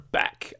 back